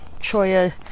choya